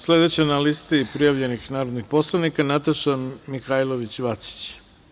Sledeća na listi prijavljenih narodnih poslanika je Nataša Mihailović Vacić.